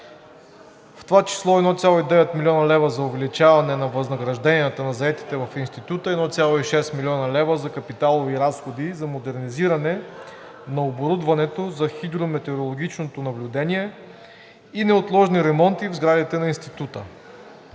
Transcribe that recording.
в това число 1,9 млн. лв. за увеличаване на възнагражденията на заетите в Института, 1,6 млн. лв. за капиталови разходи, за модернизиране на оборудването за хидрометеорологичното наблюдение и неотложни ремонти в сградите на Института.